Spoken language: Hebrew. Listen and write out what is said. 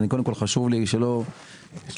אגיד